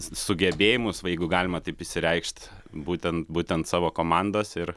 sugebėjimus va jeigu galima taip išsireikšt būtent būtent savo komandos ir